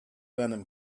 venom